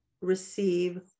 receive